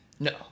No